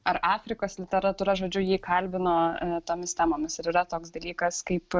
ar afrikos literatūra žodžiu jį kalbino tomis temomis ir yra toks dalykas kaip